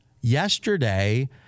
yesterday